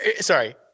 Sorry